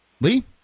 Lee